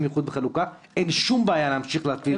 איחוד וחלוקה אין שום בעיה להמשיך להפעיל.